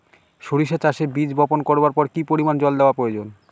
সরিষা চাষে বীজ বপন করবার পর কি পরিমাণ জল দেওয়া প্রয়োজন?